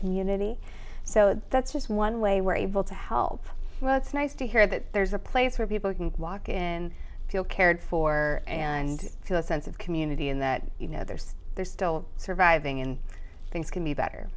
community so that's just one way we're able to help it's nice to hear that there's a place where people can walk in feel cared for and the sense of community and that you know there's there's still surviving and things can be better